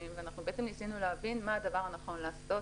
ואנחנו ניסינו להבין מה הדבר הנכון לעשות,